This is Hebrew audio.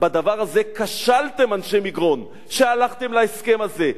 בדבר הזה כשלתם, אנשי מגרון, שהלכתם להסכם הזה.